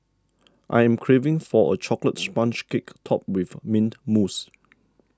I'm craving for a Chocolate Sponge Cake Topped with Mint Mousse